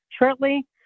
shortly